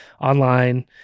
online